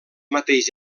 mateix